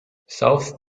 south